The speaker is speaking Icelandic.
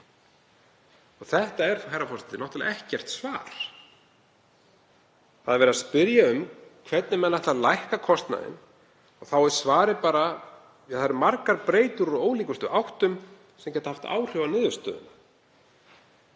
Þetta er náttúrlega ekkert svar. Það er verið að spyrja um hvernig menn ætla að lækka kostnaðinn og þá er svarið bara: Það eru margar breytur úr ólíkum áttum sem geta haft áhrif á niðurstöðu.